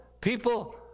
people